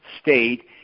state